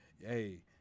hey